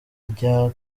rya